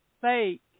fake